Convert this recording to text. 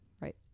right